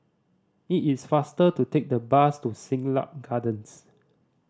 it is faster to take the bus to Siglap Gardens